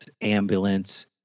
ambulance